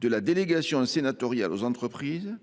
de la délégation sénatoriale aux entreprises